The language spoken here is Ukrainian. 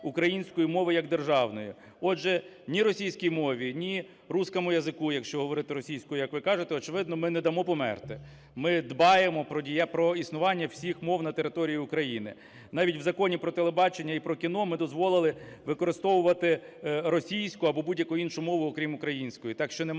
української мови як державної". Отже, ні російській мові, ні русскому языку, якщо говорити російською, як ви кажете, очевидно, ми не дамо померти. Ми дбаємо про існування всіх мов на території України. Навіть в Законі про телебачення і про кіно ми дозволили використовувати російську або будь-яку іншу мову, окрім української. Так що немає